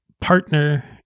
partner